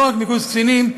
לא רק מקורס קצינים,